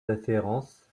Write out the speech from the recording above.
références